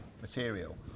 material